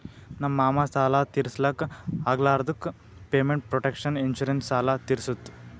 ನಮ್ ಮಾಮಾ ಸಾಲ ತಿರ್ಸ್ಲಕ್ ಆಗ್ಲಾರ್ದುಕ್ ಪೇಮೆಂಟ್ ಪ್ರೊಟೆಕ್ಷನ್ ಇನ್ಸೂರೆನ್ಸ್ ಸಾಲ ತಿರ್ಸುತ್